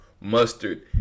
mustard